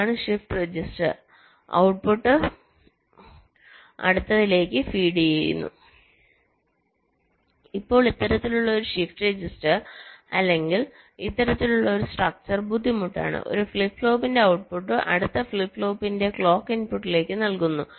ഇതാണ് shift register output അടുത്തതിലേക് feed ചെയ്യുന്നു ഇപ്പോൾ ഇത്തരത്തിലുള്ള ഒരു ഷിഫ്റ്റ് രജിസ്റ്റർ അല്ലെങ്കിൽ ഇത്തരത്തിലുള്ള ഒരു സ്ട്രക്ചർ ബുദ്ധിമുട്ടാണ് ഒരു ഫ്ലിപ്പ് ഫ്ലോപ്പിന്റെ ഔട്ട്പുട്ട് അടുത്ത ഫ്ലിപ്പ് ഫ്ലോപ്പിന്റെ ക്ലോക്ക് ഇൻപുട്ടിലേക്ക് നൽകുന്നു